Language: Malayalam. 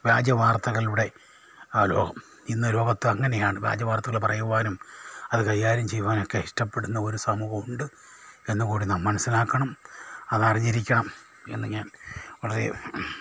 വ്യാജവാർത്തകളുടെ ആ ലോകം ഇന്ന് ലോകത്തങ്ങനെയാണ് വ്യാജവാർത്തകൾ പറയുവാനും അത് കൈകാര്യം ചെയ്യുവാനൊക്കെ ഇഷ്ടപ്പെടുന്ന ഒരു സമൂഹമുണ്ട് എന്നുകൂടി നാം മനസ്സിലാക്കണം അതറിഞ്ഞിരിക്കണം എന്നു ഞാൻ വളരെ